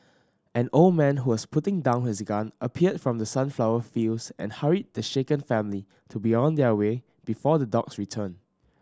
an old man who was putting down his gun appeared from the sunflower fields and hurried the shaken family to be on their way before the dogs return